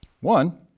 One